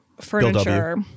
furniture